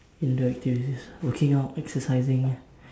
indoor activities working out exercising lah